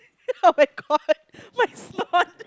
oh-my-God my-god